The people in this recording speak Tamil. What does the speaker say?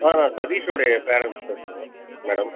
ஆ நான் சதிஷ் உடைய பேரண்ட் பேசுகிறேங்க மேடம்